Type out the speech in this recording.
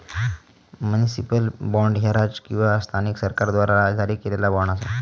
municipal bond, ह्या राज्य किंवा स्थानिक सरकाराद्वारा जारी केलेला बॉण्ड असा